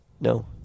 no